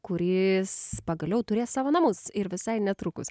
kuris pagaliau turės savo namus ir visai netrukus